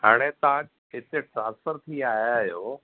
हाणे तव्हां किथे ट्रांसफर थी आया आहियो